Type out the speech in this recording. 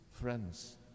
friends